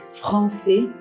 français